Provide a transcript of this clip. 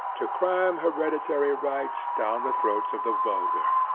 to cram hereditary right down the throats of the vulgar.